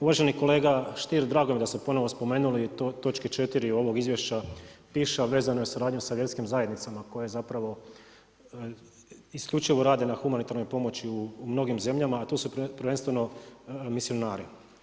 Uvaženi kolega Stier, drago mi je da ste ponovno spomenuli točke 4. ovog izvješća, piše a vezano je sa suradnjom sa vjerskim zajednicama koje zapravo isključivo rade na humanitarnoj pomoći u mnogim zemljama a to su prvenstveno misionari.